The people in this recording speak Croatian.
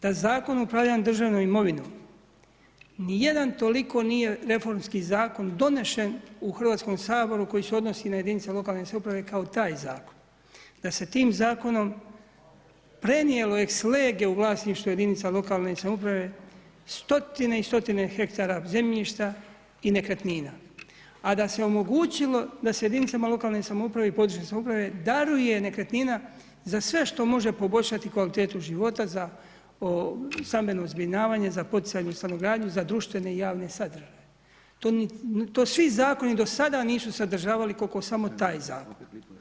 Da Zakon o upravljanju državnom imovinom nijedan toliko nije reformski zakon donešen u Hrvatskom saboru koji se odnosi na jedinice lokalne samouprave kao taj zakon, da se tim zakonom prenijelo ex lege u vlasništvo jedinica lokalne samouprave stotine i stotine hektara zemljišta i nekretnina, a da se omogućilo da se jedinicama lokalne samouprave i područne samouprave daruje nekretnina za sve što može poboljšati kvalitetu života za stambeno zbrinjavanje, za poticajnu stanogradnju, za društvene i javne sadržaje, to svi zakoni do sada nisu sadržavali kolko samo taj zakon.